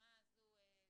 ובנימה הזו, זאב,